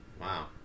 Wow